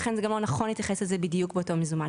ולכן לא נכון להתייחס לזה בדיוק כמו מזומן.